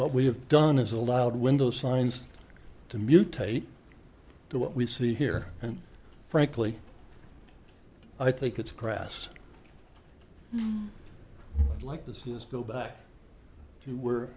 what we have done is allowed window signs to mutate to what we see here and frankly i think it's crass like this is go back to where